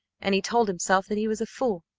and he told himself that he was a fool,